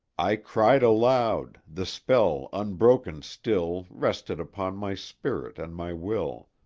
i cried aloud the spell, unbroken still, rested upon my spirit and my will.